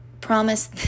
promise